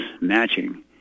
matching